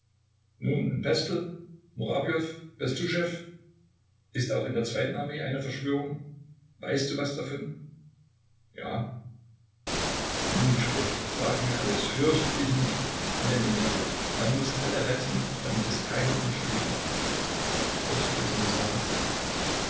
nun und pestel murawjow bestuschew ist auch in der zweiten armee eine verschwörung weißt du was davon ja nun sprich sage mir alles fürchte dich nicht nenne mir alle man muß alle retten damit es keine unschuldigen opfer gibt wirst du es mir sagen